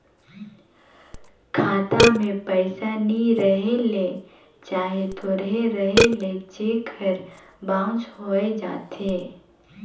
खाता में पइसा नी रहें ले चहे थोरहें रहे ले चेक हर बाउंस होए जाथे